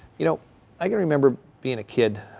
you know i can remember being a kid,